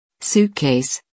Suitcase